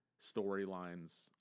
storylines